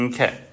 Okay